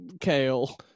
Kale